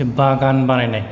बागान बानायनाय